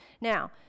Now